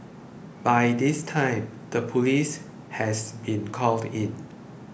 by this time the police has been called in